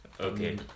Okay